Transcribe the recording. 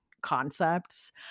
concepts